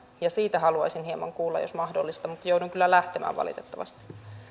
ja siitä haluaisin hieman kuulla jos mahdollista mutta joudun kyllä lähtemään valitettavasti